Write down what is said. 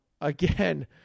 Again